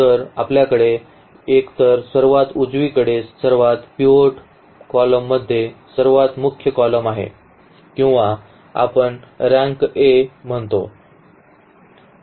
तर आपल्याकडे एकतर सर्वात उजवीकडे सर्वात पिव्होट column मध्ये सर्वात मुख्य column आहे किंवा आपण रँक A म्हणतो